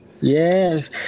Yes